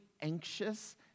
anxious